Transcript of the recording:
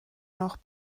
noch